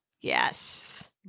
yes